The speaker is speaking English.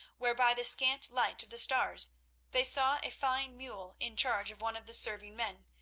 where by the scant light of the stars they saw a fine mule in charge of one of the serving men,